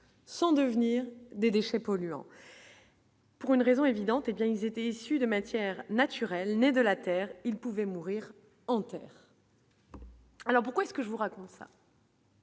sans devenir des déchets polluants. Pour une raison évidente, hé bien ils étaient issus de matières naturelles, née de la Terre, il pouvait mourir en terre. Alors pourquoi est-ce que je vous raconte ça.